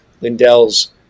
lindell's